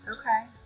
Okay